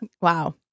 Wow